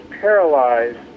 paralyzed